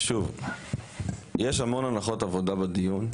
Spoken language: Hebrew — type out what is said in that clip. שוב, יש המון הנחות עבודה בדיון,